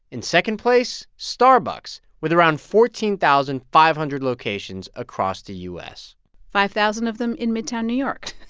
in second place, starbucks, with around fourteen thousand five hundred locations across the u s five thousand of them in midtown new york